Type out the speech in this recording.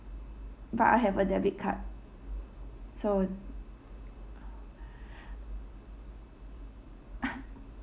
but I have a debit card so um